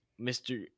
Mr